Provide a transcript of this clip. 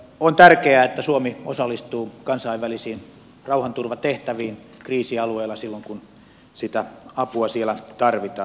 on tärkeää että suomi osallistuu kansainvälisiin rauhanturvatehtäviin kriisialueilla silloin kun sitä apua siellä tarvitaan